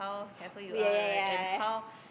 oh ya ya ya ya